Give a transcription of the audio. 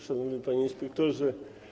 Szanowny Panie Inspektorze!